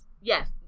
Yes